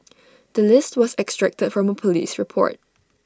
the list was extracted from A Police report